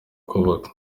kubaka